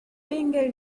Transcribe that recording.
bengali